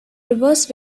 reverse